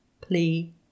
plea